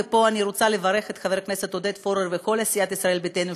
ופה אני רוצה לברך את חבר הכנסת עודד פורר ואת כל סיעת ישראל ביתנו,